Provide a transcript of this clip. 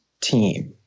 team